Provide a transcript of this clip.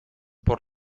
por